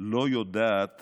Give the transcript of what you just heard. לא יודעת